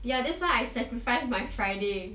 ya that's why I sacrifice my friday